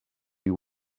you